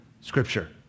scripture